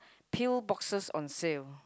peel boxes on sale